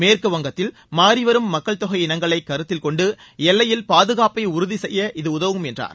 மேற்குவங்கத்தில் மாறிவரும் மக்கள்தொகை இனங்களை கருத்தில் கொண்டு எல்லையில் பாதுகாப்பை உறுதி செய்ய இது உதவும் என்றார்